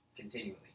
continually